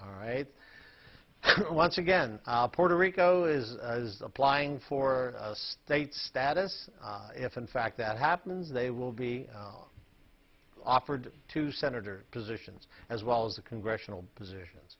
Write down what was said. all right once again puerto rico is applying for state status if in fact that happens they will be offered to senator positions as well as the congressional positions